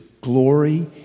glory